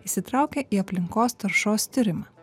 įsitraukė į aplinkos taršos tyrimą